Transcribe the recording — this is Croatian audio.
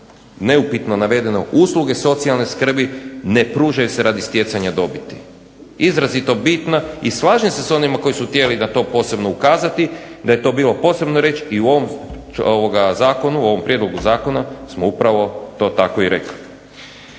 neupitno navedeno usluge socijalne skrbi ne pružaju se radi stjecanja dobiti. Izrazito bitna i slažem se s onima koji su htjeli na to posebno ukazati da je to bilo posebno reći i u ovom prijedlogu zakona smo upravo to tako i rekli.